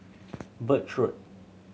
Birch Road